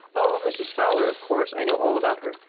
oh! mrs. fowler. of course, i know all about her.